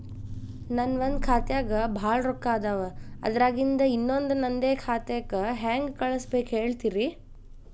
ನನ್ ಒಂದ್ ಖಾತ್ಯಾಗ್ ಭಾಳ್ ರೊಕ್ಕ ಅದಾವ, ಅದ್ರಾಗಿಂದ ಇನ್ನೊಂದ್ ನಂದೇ ಖಾತೆಗೆ ಹೆಂಗ್ ಕಳ್ಸ್ ಬೇಕು ಹೇಳ್ತೇರಿ?